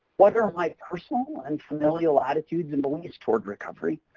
what are my personal and familial attitudes and beliefs toward recovery?